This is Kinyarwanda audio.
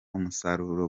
umusaruro